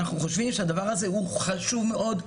אנחנו חושבים שהדבר הזה הוא חשוב מאוד,